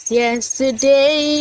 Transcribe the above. yesterday